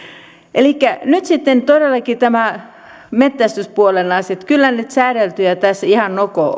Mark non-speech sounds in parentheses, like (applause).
elikkä nyt sitten todellakin nämä metsästyspuolen asiat kyllä ne säädeltyjä tässä ihan nokko (unintelligible)